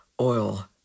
oil